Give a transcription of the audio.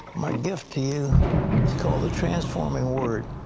my gift to you is called the transforming word.